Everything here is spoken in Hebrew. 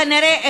כנראה,